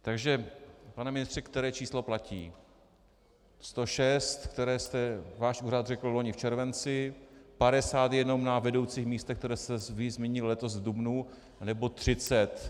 Takže pane ministře, které číslo platí: 106, které váš úřad řekl loni v červenci, 50 jenom na vedoucích místech, které jste vy zmínil letos v dubnu, nebo 30?